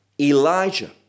Elijah